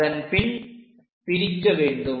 அதன் பின் பிரிக்க வேண்டும்